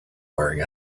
wearing